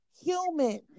human